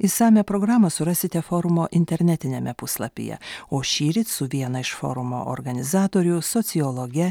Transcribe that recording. išsamią programą surasite forumo internetiniame puslapyje o šįryt su viena iš forumo organizatorių sociologe